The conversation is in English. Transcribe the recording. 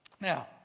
Now